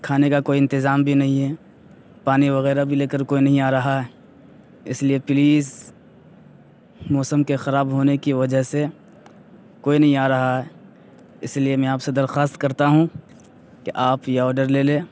کھانے کا کوئی انتظام بھی نہیں ہے پانی وغیرہ بھی لے کر کوئی نہیں آ رہا ہے اس لیے پلیز موسم کے خراب ہونے کی وجہ سے کوئی نہیں آ رہا ہے اس لیے میں آپ سے درخواست کرتا ہوں کہ آپ یہ آرڈر لے لیں